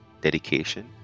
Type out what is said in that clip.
dedication